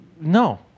no